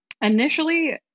initially